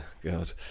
God